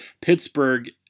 Pittsburgh